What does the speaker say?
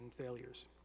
failures